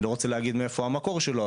לא רוצה להגיד מאיפה המקור שלו,